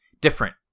different